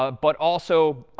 ah but also